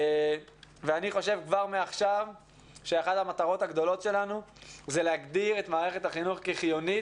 ואני חושב שאחת המטרות שלנו היא להגדיר את המערכת החינוכית כחיונית,